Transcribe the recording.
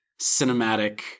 cinematic